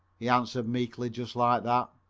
he answered meekly, just like that.